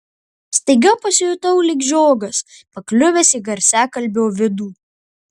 staiga pasijutau lyg žiogas pakliuvęs į garsiakalbio vidų